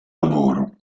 lavoro